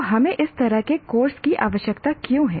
तो हमें इस तरह के कोर्स की आवश्यकता क्यों है